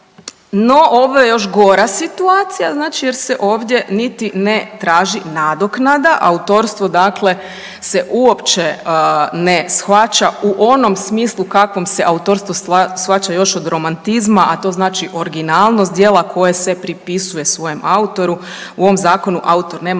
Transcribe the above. No, ovo je još gora situacija, znači jer se ovdje niti ne traži nadoknada, autorstvo se dakle uopće ne shvaća u onom smislu kakvom se autorstvo shvaća još od romantizma, a to znači originalnost djela koje se pripisuje svojem autoru. U ovom zakonu autor nema